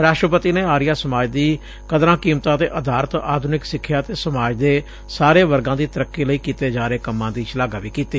ਰਾਸ਼ਟਰਪਤੀ ਨੇ ਆਰੀਆ ਸਮਾਜ ਦੀ ਕਦਰਾਂ ਕੀਮਤਾਂ ਤੇ ਆਧਾਰਿਤ ਆਧੁਨਿਕ ਸਿਖਿਆ ਅਤੇ ਸਮਾਜ ਦੇ ਸਾਰੇ ਵਰਗਾਂ ਦੀ ਤਰੱਕੀ ਲਈ ਕੀਤੇ ਜਾ ਰਹੇ ਕੰਮਾਂ ਦੀ ਸ਼ਲਾਘਾ ਵੀ ਕੀਤੀ